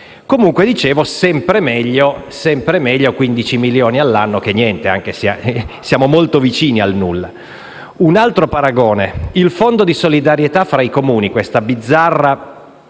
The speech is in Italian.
come dicevo, sono sempre meglio 15 milioni all'anno che niente, anche se siamo molto vicini al nulla. Faccio un altro paragone. Il Fondo di solidarietà fra i Comuni, bizzarra